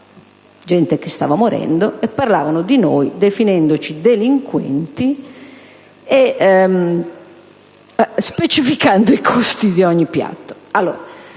reparto stava morendo e parlavano di noi, definendoci «delinquenti» e specificando i costi di ogni piatto.